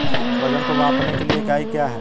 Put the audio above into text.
वजन को मापने के लिए इकाई क्या है?